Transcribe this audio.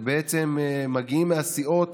שבעצם מגיעים מהסיעות